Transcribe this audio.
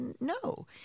no